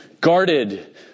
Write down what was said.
guarded